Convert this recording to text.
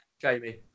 Jamie